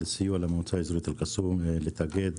הסיוע למועצה האזורית אל קסום להתאגד,